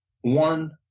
one